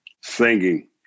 Singing